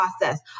process